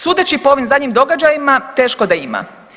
Sudeći po ovim zadnjim događajima teško da ima.